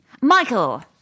Michael